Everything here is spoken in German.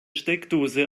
steckdose